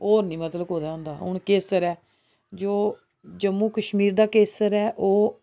होर नी मतलब कुदै होंदा हून केसर ऐ जो जम्मू कश्मीर दा केसर ऐ ओह्